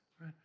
right